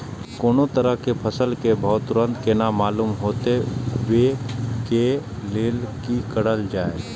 कोनो तरह के फसल के भाव तुरंत केना मालूम होते, वे के लेल की करल जाय?